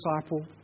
disciple